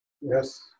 Yes